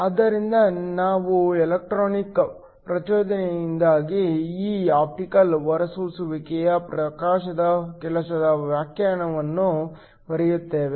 ಆದ್ದರಿಂದ ನಾವು ಎಲೆಕ್ಟ್ರಾನಿಕ್ ಪ್ರಚೋದನೆಯಿಂದಾಗಿ ಈ ಆಪ್ಟಿಕಲ್ ಹೊರಸೂಸುವಿಕೆಯ ಪ್ರಕಾಶದ ಕೆಲಸದ ವ್ಯಾಖ್ಯಾನವನ್ನು ಬರೆಯುತ್ತೇವೆ